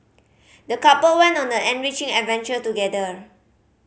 the couple went on an enriching adventure together